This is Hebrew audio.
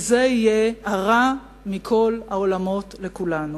וזה יהיה הרע מכל העולמות לכולנו.